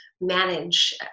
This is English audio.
manage